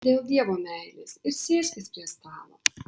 dėl dievo meilės ir sėskis prie stalo